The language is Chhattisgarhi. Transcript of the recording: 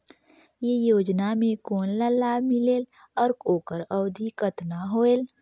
ये योजना मे कोन ला लाभ मिलेल और ओकर अवधी कतना होएल